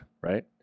right